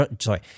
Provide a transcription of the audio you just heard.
Sorry